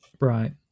Right